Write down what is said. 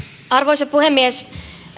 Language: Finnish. arvoisa puhemies